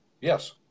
Yes